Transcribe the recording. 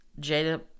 Jada